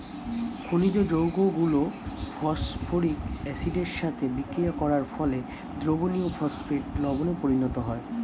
খনিজ যৌগগুলো ফসফরিক অ্যাসিডের সাথে বিক্রিয়া করার ফলে দ্রবণীয় ফসফেট লবণে পরিণত হয়